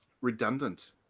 redundant